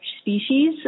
species